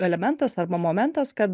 elementas arba momentas kad